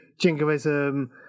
jingoism